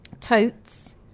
Totes